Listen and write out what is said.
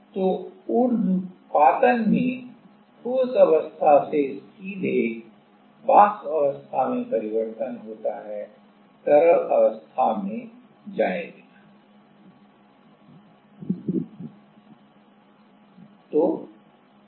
तो उर्ध्वपातन में ठोस अवस्था से सीधे वाष्प अवस्था में परिवर्तन होता है तरल अवस्था में जाए बिना